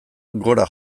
gora